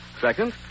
Second